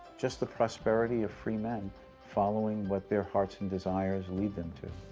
just the prosperity of free men following what their hearts and desires lead them to.